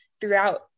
throughout